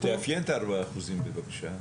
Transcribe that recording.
תאפיין את ה-4% בבקשה.